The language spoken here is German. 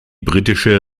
britische